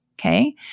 okay